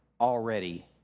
already